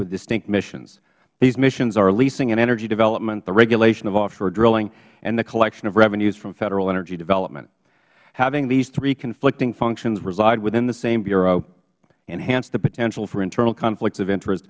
with distinct missions these missions are leasing and energy development the regulation of offshore drilling and the collection of revenues from federal energy development having these three conflicting functions reside within the same bureau enhanced the potential for internal conflicts of interest